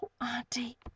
auntie